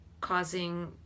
causing